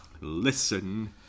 Listen